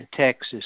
Texas